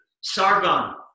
Sargon